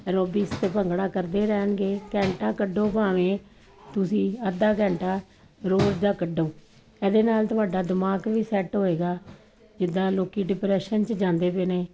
aerobics ਅਤੇ ਭੰਗੜਾ ਕਰਦੇ ਰਹਿਣਗੇ ਘੰਟਾ ਕੱਢੋ ਭਾਵੇਂ ਤੁਸੀਂ ਅੱਧਾ ਘੰਟਾ ਰੋਜ਼ ਦਾ ਕੱਢੋ ਇਹਦੇ ਨਾਲ ਤੁਹਾਡਾ ਦਿਮਾਗ ਵੀ ਸੈਟ ਹੋਵੇਗਾ ਜਿੱਦਾਂ ਲੋਕ ਡਿਪਰੈਸ਼ਨ 'ਚ ਜਾਂਦੇ ਪਏ ਨੇ